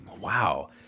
Wow